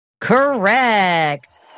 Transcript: Correct